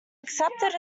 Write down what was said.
accepted